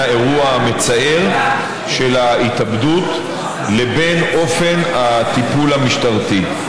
האירוע המצער של ההתאבדות לבין אופן הטיפול המשטרתי.